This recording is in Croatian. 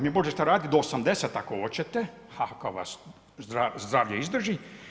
Vi možete raditi do 80 ako hoćete, ako vas zdravlje izdrži.